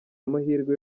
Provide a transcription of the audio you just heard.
amahirwe